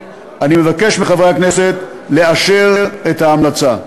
אני מבקש מחברי הכנסת לאשר את ההמלצה.